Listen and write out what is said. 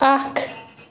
اکھ